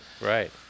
right